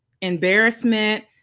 embarrassment